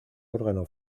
órgano